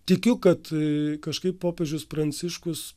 tikiu kad kažkaip popiežius pranciškus